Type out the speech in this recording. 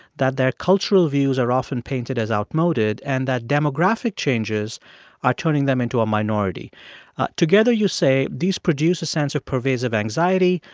that their cultural views are often painted as outmoded and that demographic changes are turning them into a minority together you say these produce a sense of pervasive anxiety,